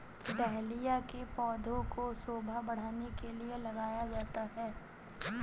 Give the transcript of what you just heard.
dahlia के पौधे को शोभा बढ़ाने के लिए लगाया जाता है